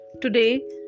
Today